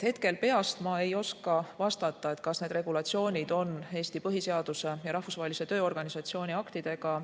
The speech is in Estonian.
Hetkel peast ma ei oska vastata, kas need regulatsioonid on Eesti põhiseaduse ja Rahvusvahelise Tööorganisatsiooni aktidega